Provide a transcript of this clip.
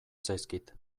zaizkit